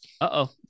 uh-oh